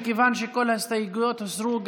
מכיוון שכל ההסתייגויות הוסרו,